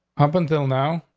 up until now,